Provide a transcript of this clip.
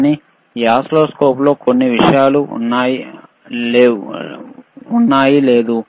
కానీ ఈ ఓసిల్లోస్కోప్లో ఉన్న కొన్ని విషయాలు ఇందులో లేవు